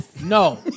No